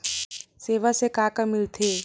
सेवा से का का मिलथे?